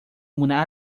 una